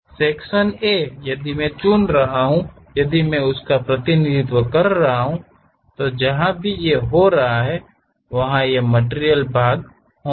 section A यदि मैं चुन रहा हूं यदि मैं उसका प्रतिनिधित्व कर रहा हूं तो हम जहां भी हो रहे हैं वहां ये मटिरियल भाग होंगे